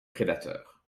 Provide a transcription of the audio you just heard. prédateurs